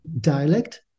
dialect